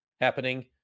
happening